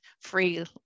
free